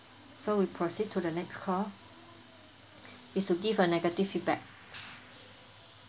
so we proceed to the next call it's to give a negative feedback